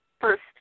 first